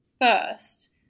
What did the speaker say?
first